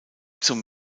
zum